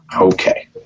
Okay